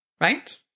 right